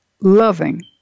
loving